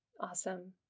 Awesome